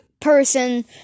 person